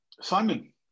Simon